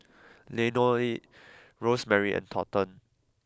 Leonie Rosemary and Thornton